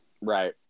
Right